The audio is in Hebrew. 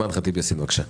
בבקשה.